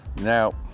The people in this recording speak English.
Now